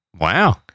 Wow